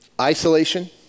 Isolation